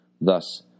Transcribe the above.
Thus